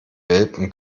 welpen